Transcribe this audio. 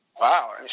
Wow